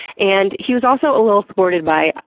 and he was also a little thwarted by,